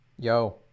Yo